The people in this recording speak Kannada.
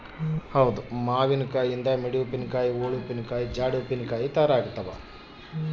ಮಾವಿನನಿಂದ ಮಿಡಿ ಉಪ್ಪಿನಕಾಯಿ, ಓಳು ಉಪ್ಪಿನಕಾಯಿ, ಜಾಡಿ ಉಪ್ಪಿನಕಾಯಿ ತಯಾರಾಗ್ತಾವ